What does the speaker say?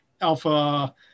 Alpha